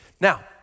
Now